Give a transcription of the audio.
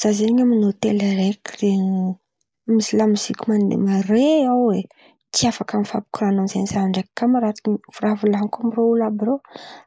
Zah zen̈y amin̈'ny hôtely araiky zen̈y; misy lamoziky mandeha mare ao, tsy afaka mifampikoran̈a amizay zah ndraiky kamaridiko. Fa raha volan̈iko amirô olo àby rô: